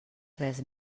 res